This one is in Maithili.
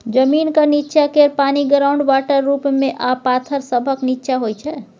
जमीनक नींच्चाँ केर पानि ग्राउंड वाटर रुप मे आ पाथर सभक नींच्चाँ होइ छै